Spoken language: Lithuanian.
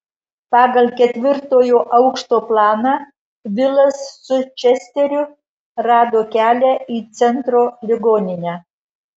pagal ketvirtojo aukšto planą vilas su česteriu rado kelią į centro ligoninę